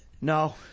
No